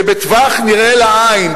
שבטווח נראה לעין,